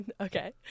Okay